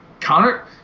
Connor